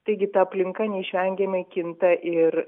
taigi ta aplinka neišvengiamai kinta ir